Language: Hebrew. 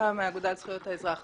מאגודת זכויות האזרח.